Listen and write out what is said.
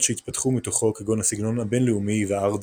שהתפתחו מתוכו כגון הסגנון הבינלאומי והאר דקו.